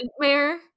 nightmare